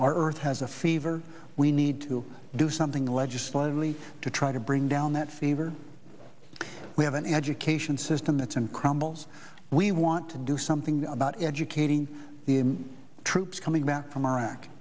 earth has a fever we need to do something legislatively to try to bring down that fever we have an education system that's in crumbles we want to do something about educating the troops coming back from iraq